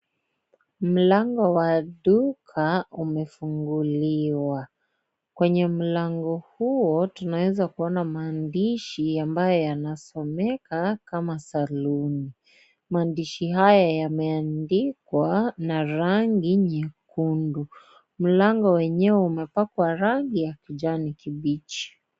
Mlango wa duka umefunguliwa. Kwenye mlango huo tunaeza kuona mandishi ambayo yanasomeka kama saluni. Maandishi haya yameandikwa na rangi nyekundu. Mlango wenyewe umepakwa rangi ya kijani kibichi.